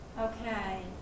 Okay